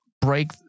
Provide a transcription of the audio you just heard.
break